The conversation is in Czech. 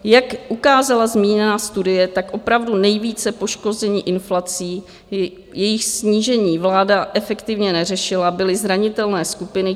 Jak ukázala zmíněná studie, opravdu nejvíce poškození inflací, jejíž snížení vláda efektivně neřešila, byly zranitelné skupiny.